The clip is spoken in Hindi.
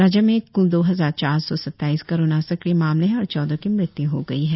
राज्य में कुल दो हजार चौर सौ सत्ताईस कोरोना सक्रिय मामले है और चौदह की मृत्यु हो गई है